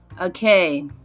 okay